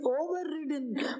overridden